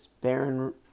Baron